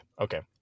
okay